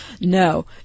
No